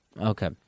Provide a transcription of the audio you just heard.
Okay